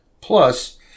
Plus